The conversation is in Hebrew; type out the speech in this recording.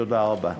תודה רבה.